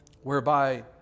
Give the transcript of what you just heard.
whereby